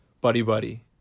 buddy-buddy